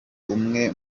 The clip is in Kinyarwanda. umwe